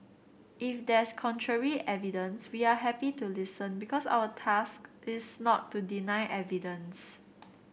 if there's contrary evidence we are happy to listen because our task is not to deny evidence